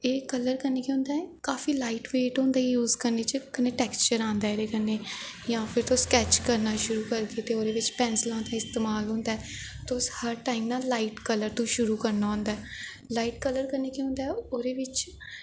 एह् कल्लर कन्नै केह् होंदा ऐ काफी लाईट बेट होंदा ऐ यूस करने च कन्नै टैक्सटर आंदे ऐ एह्दे कन्नै जां तुस स्कैच करना शुरु करगे ते ओह्दे च पैंसलां दा इस्तेमाल होंदा ऐ तुस हर टाईम ना लाईट कल्लर तो शुरु करना होंदा ऐ लाईट कल्लर कन्नै केह् होंदा ऐ ओह्दे बिच्च